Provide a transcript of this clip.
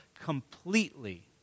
completely